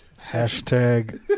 Hashtag